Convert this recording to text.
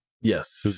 Yes